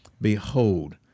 Behold